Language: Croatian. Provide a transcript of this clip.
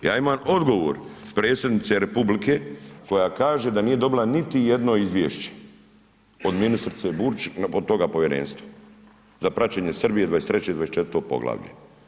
Ja imam odgovor Predsjednice Republike koja kaže da nije dobila niti jedno izvješće od ministrice Burić od toga Povjerenstva za praćenje Srbije 23. i 24. poglavlje.